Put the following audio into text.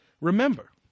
Remember